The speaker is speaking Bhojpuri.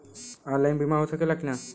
ऑनलाइन बीमा हो सकेला की ना?